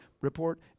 report